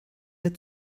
der